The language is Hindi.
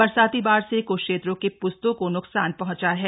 बरसाती बाढ़ से क्छ क्षेत्रों के प्स्तों को न्क़सान पहंचा है